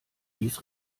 dies